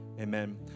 amen